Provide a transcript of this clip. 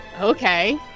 okay